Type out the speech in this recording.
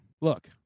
Look